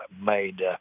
made –